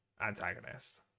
antagonist